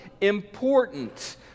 important